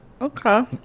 Okay